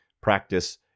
practice